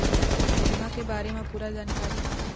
बीमा के बारे म पूरा जानकारी?